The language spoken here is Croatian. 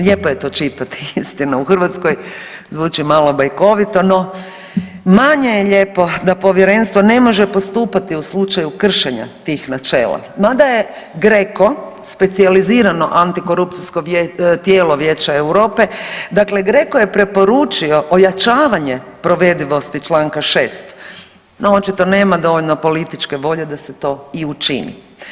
Lijepo je to čitati istina u Hrvatskoj, zvuči malo bajkovito, no manje je lijepo da povjerenstvo ne može postupati u slučaju kršenja tih načela mada je GRECO specijalizirano Antikorupcijsko tijelo vijeća Europe, dakle GRECO je preporučio ojačavanje provedivosti čl. 6., no očito nema dovoljno političke volje da se to i učini.